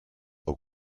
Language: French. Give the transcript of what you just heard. aux